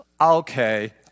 okay